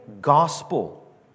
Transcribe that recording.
Gospel